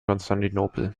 konstantinopel